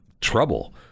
trouble